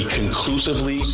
conclusively